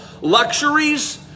luxuries